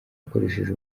akoresheje